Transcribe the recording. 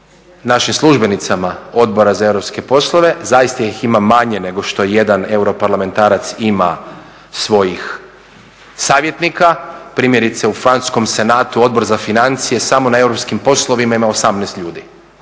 našim službenicama Odbora za europske poslove, zaista ih ima manje nego što jedan europarlamentarac ima svojih savjetnika. Primjerice u Francuskom senatu, Odbor za financije samo na europskim poslovima ima 18 ljudi.